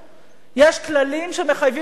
יש כללים שמחייבים את כולנו,